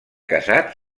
casat